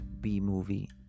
B-movie